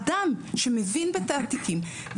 אדם שמבין בתעתיקים,